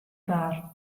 bar